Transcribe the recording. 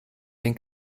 den